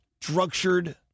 structured